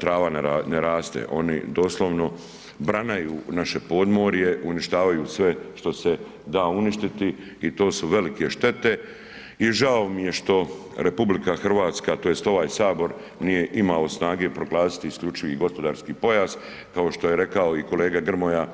trava ne raste, oni doslovno branaju naše podmorje, uništavaju sve što se da uništiti i to su velike štete i žao mi je što RH tj. ovaj Sabor nije imao proglasiti isključivi gospodarski pojas kao što je rekao i kolega Grmoja.